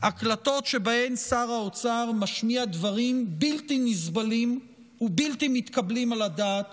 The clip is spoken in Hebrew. הקלטות שבהן שר האוצר משמיע דברים בלתי נסבלים ובלתי מתקבלים על הדעת